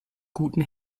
guten